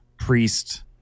Priest